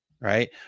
right